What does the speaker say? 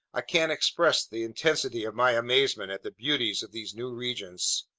i can't express the intensity of my amazement at the beauties of these new regions.